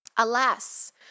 Alas